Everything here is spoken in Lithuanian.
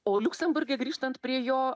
o liuksemburge grįžtant prie jo